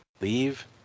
Leave